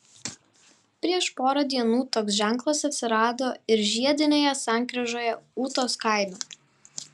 prieš porą dienų toks ženklas atsirado ir žiedinėje sankryžoje ūtos kaime